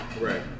Right